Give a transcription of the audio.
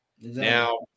Now